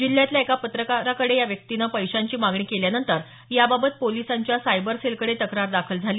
जिल्ह्यातल्या एका पत्रकाराकडे या व्यक्तीनं पैशांची मागणी केल्यानंतर याबाबत पोलिसांच्या सायबर सेलकडे तक्रार दाखल झाली